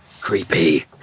Creepy